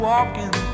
Walking